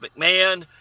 McMahon